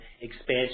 expansion